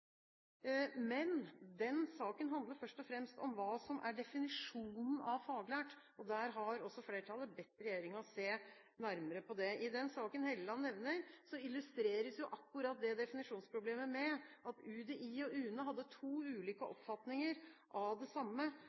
Men den saken handler først og fremst om hva som er definisjonen på «faglært», og det har også flertallet bedt regjeringen se nærmere på. I den saken Helleland nevner, illustreres akkurat det definisjonsproblemet med at UDI og UNE hadde to ulike oppfatninger av det samme,